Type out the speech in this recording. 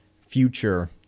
future